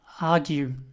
argue